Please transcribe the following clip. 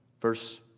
Verse